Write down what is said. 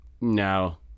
No